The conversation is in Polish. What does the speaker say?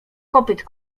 kopyt